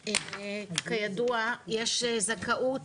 שכידוע, יש זכאות